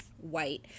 white